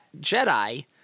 Jedi